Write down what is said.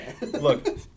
Look